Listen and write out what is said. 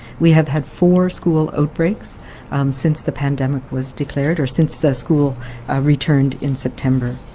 we have had four school outbreaks since the pandemic was declared, or since so school returned in september.